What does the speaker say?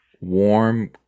warm